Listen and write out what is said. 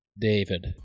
david